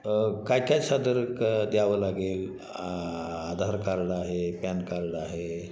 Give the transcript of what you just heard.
काय काय सादर क द्यावं लागेल आ आधार कार्ड आहे पॅन कार्ड आहे